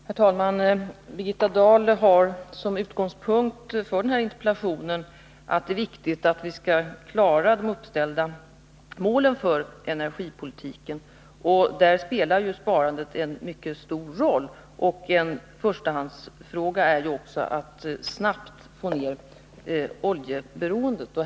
Herr talman! Birgitta Dahl har som utgångspunkt för den här interpellationen att det är viktigt att vi skall klara de uppställda målen för energipolitiken. Där spelar ju sparandet en mycket stor roll. En förstahandsfråga är också att snabbt få ned oljeberoendet.